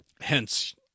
Hence